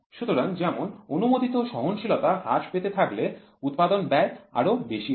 সুতরাং যেমন অনুমোদিত সহনশীলতা হ্রাস পেতে থাকলে উৎপাদন ব্যয় আরও বেশি হবে